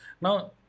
now